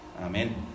Amen